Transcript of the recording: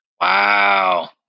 wow